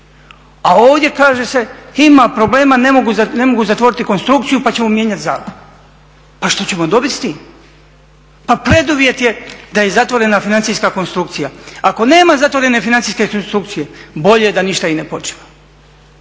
a ovdje kaže se ima problema, ne mogu zatvoriti konstrukciju pa ćemo mijenjati zakon. Pa što ćemo dobiti s tim? Pa preduvjet je da je zatvorena financijska konstrukcija. Ako nema zatvorene financijske konstrukcije, bolje da ništa i ne počinjemo.